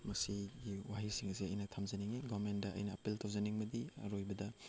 ꯃꯁꯤꯒꯤ ꯋꯥꯍꯩꯁꯤꯡ ꯑꯁꯤ ꯑꯩꯅ ꯊꯝꯖꯅꯤꯡꯉꯤ ꯒꯚꯔꯟꯃꯦꯟꯗ ꯑꯩꯅ ꯑꯥꯄꯤꯜ ꯇꯧꯖꯅꯤꯡꯕꯗꯤ ꯑꯔꯣꯏꯕꯗ